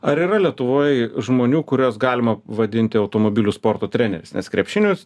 ar yra lietuvoj žmonių kuriuos galima vadinti automobilių sporto treneriais nes krepšinio